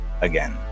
again